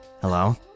Hello